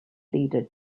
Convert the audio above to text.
leader